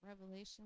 Revelation